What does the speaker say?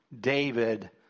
David